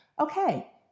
okay